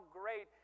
great